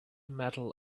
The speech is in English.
metal